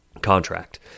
contract